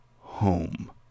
home